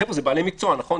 אלה בעלי מקצוע, נכון?